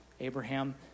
Abraham